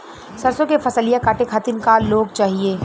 सरसो के फसलिया कांटे खातिन क लोग चाहिए?